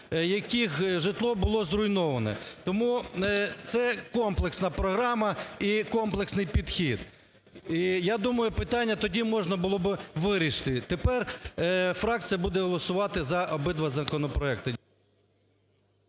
яких житло було зруйноване. Тому це комплексна програма і комплексний підхід. І, я думаю, питання тоді можна було би вирішити. Тепер фракція буде голосувати за обидва законопроекти.